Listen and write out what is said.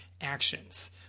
actions